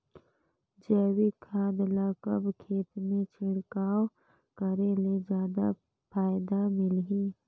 जैविक खाद ल कब खेत मे छिड़काव करे ले जादा फायदा मिलही?